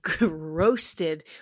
roasted